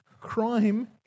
Crime